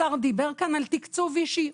השר דיבר פה על תקצוב אישי.